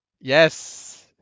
Yes